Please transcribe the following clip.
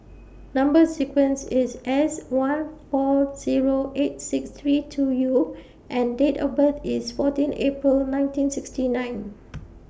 Number sequence IS S one four Zero eight six three two U and Date of birth IS fourteen April nineteen sixty nine